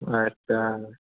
आथसा